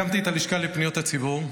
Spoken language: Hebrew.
הקמתי את הלשכה לפניות הציבור,